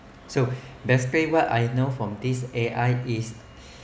so basically what I know from this A_I is